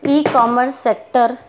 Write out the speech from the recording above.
E commerce sector